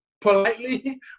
Politely